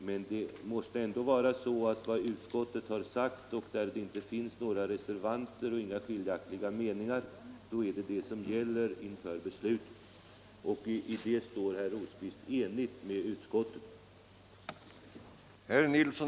Men det som utskottet enhälligt uttalat — även herr Rosqvist står bakom det uttalandet — är det som gäller inför beslutet i kammaren.